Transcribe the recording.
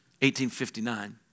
1859